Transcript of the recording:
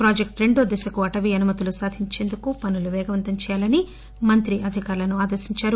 project రెండో దశకు అటవీ అనుమతులు సాధించేందుకు పనులు పేగవంతం చేయాలని మంత్రి అధికారులను ఆదేశించారు